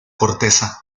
corteza